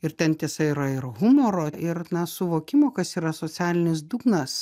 ir ten tiesa yra ir humoro ir na suvokimo kas yra socialinis dugnas